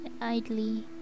idly